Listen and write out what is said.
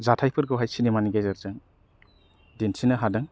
जाथाइ फोरखौ हाय सिनेमानि गेजेरजों दिन्थिनो हादों